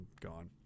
gone